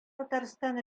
татарстан